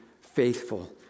faithful